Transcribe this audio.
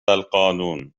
القانون